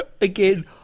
again